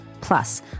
Plus